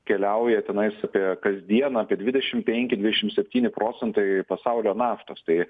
keliauja tenais apie kasdien apie dvidešim penki dvidešim septyni procentai pasaulio naftos tai